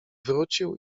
wrócił